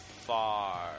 far